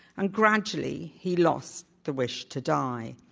and gradually, he lost the wish to die.